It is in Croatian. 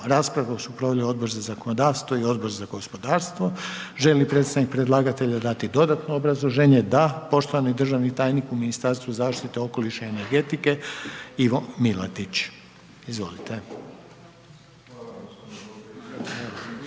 Raspravu su proveli Odbor za zakonodavstvo i Odbor za gospodarstvo. Želi li predstavnik predlagatelja dati dodatno obrazloženje? Da, poštovani državni tajnik u Ministarstvu zaštite okoliša i energetike Ivo Milatić, izvolite. **Milatić,